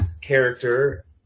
character